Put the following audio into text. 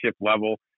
level